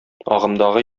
агымдагы